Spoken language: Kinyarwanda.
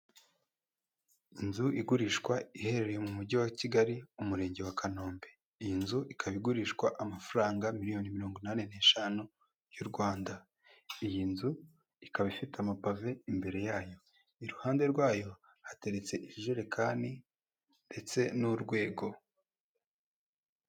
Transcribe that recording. Inzu igurishwa iherereye mu mujyi wa Kigali umurenge wa Kanombe iyi nzu ikaba igurishwa amafaranga miliyoni mirongo inani n'eshanu y'u Rwanda iyi nzu ikaba ifite amapave imbere yayo, iruhande rwayo hateretse ijerekani ndetse n'urwego.